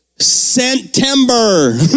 September